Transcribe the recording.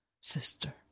Sister